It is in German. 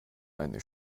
eine